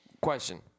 Question